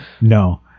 No